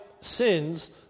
sins